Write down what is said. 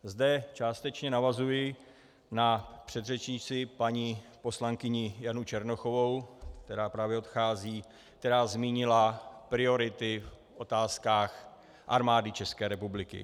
Zde částečně navazuji na předřečnici paní poslankyni Janu Černochovou, která právě odchází, která zmínila priority v otázkách Armády České republiky.